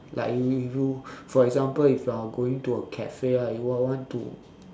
like you review for example if you are going to a cafe right you might want to